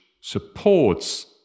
supports